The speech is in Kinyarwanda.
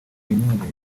mignonne